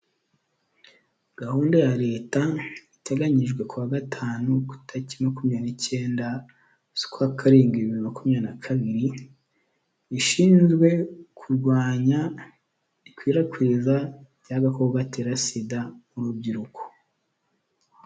Gahunda ya leta iteganyijwe kuwa gatanu ku itariki makumya n'icyenda z'ukwa karindwi bibiri makumyabiri na kabiri, ishinzwe kurwanya ikwirakwiza ry'agakoko gatera sida mu rubyiruko.